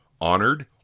honored